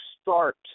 start